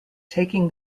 taking